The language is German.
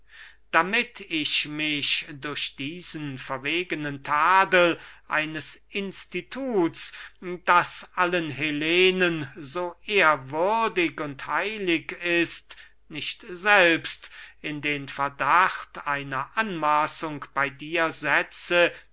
damit ich mich durch diesen verwegenen tadel eines instituts das allen hellenen so ehrwürdig und heilig ist nicht selbst in den verdacht einer anmaßung bey dir setze